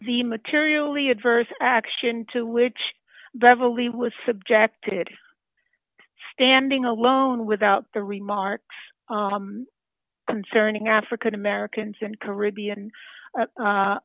the materially adverse action to which beverly was subjected to standing alone without the remarks concerning african americans and caribbean